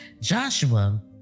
Joshua